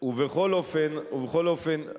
ובכל אופן,